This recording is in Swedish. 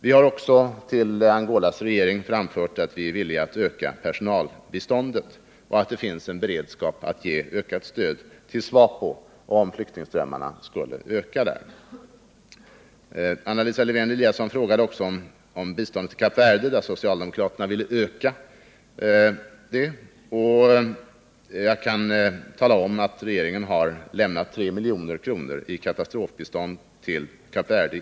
Vi har också till Angolas regering framfört att vi är villiga att öka personalbiståndet. Det finns också en beredskap att öka stödet till SWAPO, om flyktingströmmarna skulle öka. Anna Lisa Lewén-Eliasson frågade också om biståndet till Kap Verde, vilket bistånd socialdemokraterna vill öka. Jag kan nämna att regeringen i mars lämnade 2 milj.kr. i katastrofbistånd till Kap Verde.